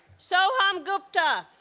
soham gupta